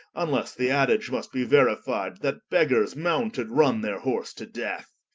vnlesse the adage must be verify'd, that beggers mounted, runne their horse to death.